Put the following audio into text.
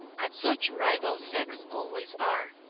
as such rival sects always are,